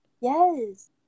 Yes